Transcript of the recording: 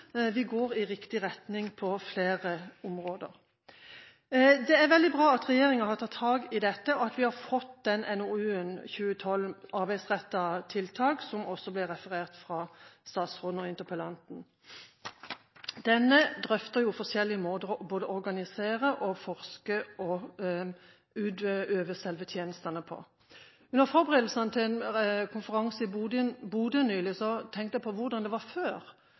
vi går i riktig retning på flere områder. Det er veldig bra at regjeringen har tatt tak i dette, og at vi har fått NOU 2012: 6 Arbeidsrettede tiltak, som det også ble referert til av statsråden og interpellanten. Denne drøfter forskjellige måter å organisere, forske og utøve selve tjenestene på. Under forberedelsene til en konferanse i Bodø nylig tenkte jeg på hvordan det var før.